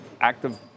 active